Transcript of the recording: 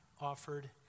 offered